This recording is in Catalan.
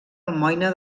almoina